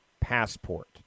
passport